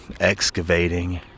excavating